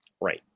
right